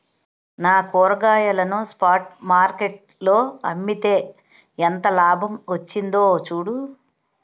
నా కూరగాయలను spot market లో అమ్మితే ఎంత లాభం వచ్చిందో చూడు